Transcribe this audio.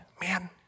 Man